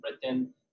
Britain